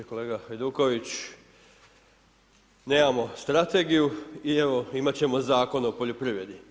Kolega Hajduković, nemamo strategiju i evo, imati ćemo Zakon o poljoprivredi.